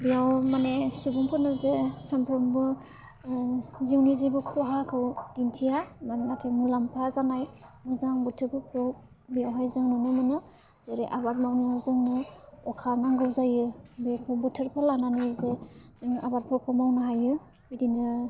बेयाव माने सुबुंफोरनो जे सानफ्रोमबो जोंनि जेबो खहाखौ दिन्थिया मानो नाथाय मुलाम्फा जानाय मोजां बोथोरफोरखौ बेवहाय जों नुनो मोनो जेरै आबाद मावनायाव जोंनो अखा नांगौ जायो बेखौ बोथोरखौ लानानै जे जों आबादफोरखौ मावनो हायो बिदिनो